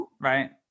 Right